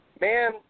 man